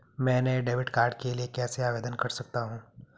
मैं नए debit card के लिए कैसे आवेदन कर सकता हूँ?